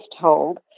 told